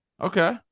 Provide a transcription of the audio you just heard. Okay